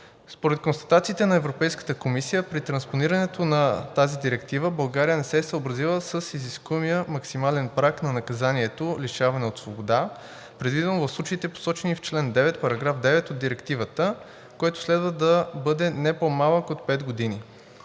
Според констатациите на Европейската комисия при транспонирането на тази директива България не се е съобразила с изискуемия максимален праг на наказанието лишаване от свобода, предвидено в случаите, посочени в чл. 9, параграф 4 от Директивата, който следва да бъде не по-малък от пет години.